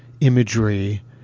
imagery